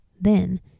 Then